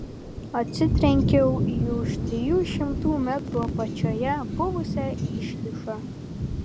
atsitrenkiau į už trijų šimtų metrų apačioje buvusią iškyšą